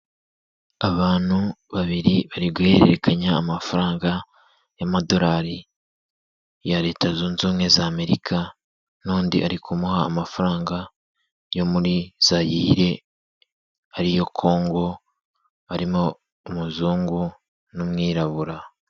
Abantu babiri bari guhererekanya amafaranga y'amadorari ya Leta zunze ubumwe za Amerika n'undi ari kumuha amafaranga yo muri zaire ariyo Congo, harimo umuzungu n'umwirabura.